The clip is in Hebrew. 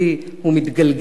הוא מתגלגל,